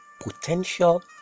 potential